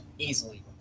Easily